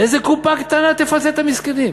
איזה קופה קטנה תפצה את המסכנים,